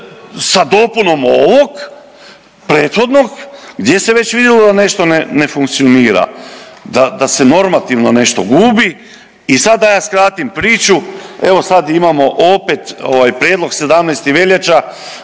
sa dopunom ovog prethodnog gdje se već vidjelo da nešto ne funkcionira, da se normativno nešto gubi i sad da ja skratim priču, evo sad imamo opet ovaj prijedlog 17. veljača,